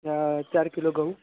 चार किलो गहू